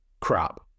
crap